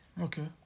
Okay